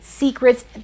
secrets